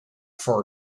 for